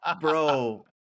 Bro